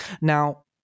now